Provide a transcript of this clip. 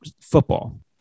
football